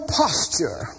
posture